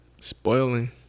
Spoiling